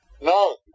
No